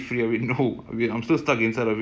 okay tandri